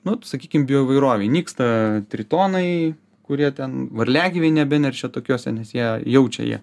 nu sakykim bioįvairovei nyksta tritonai kurie ten varliagyviai nebeneršia tokiose nes jie jaučia jie